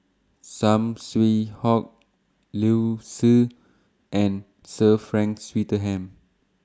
Saw Swee Hock Liu Si and Sir Frank Swettenham